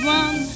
one